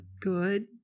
good